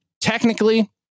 technically